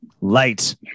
Light